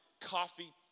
coffee